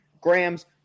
grams